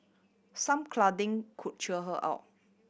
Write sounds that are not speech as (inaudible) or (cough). some (unintelligible) could cheer her out